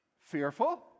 fearful